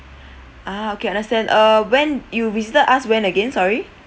ah okay understand uh when you visited us when again sorry